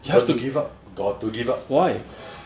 have to give up got to give up